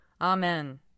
Amen